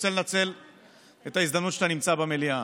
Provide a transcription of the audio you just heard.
רוצה לנצל את ההזדמנות שאתה נמצא במליאה.